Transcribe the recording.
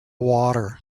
water